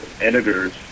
editors